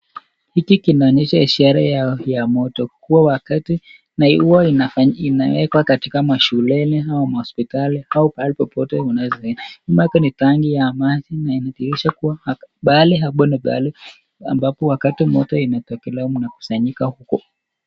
hiki kinaonyesha ishara ya moto kuwa wakati na huwa inawekwa katika mashuleni au mahosipitalini au pahali popote unaweza nyuma yake ni tangi la maji na inadhijirisha pahali hapo ni pahali ambapo moto imetokelea mnakusanyika